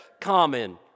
common